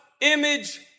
image